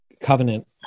Covenant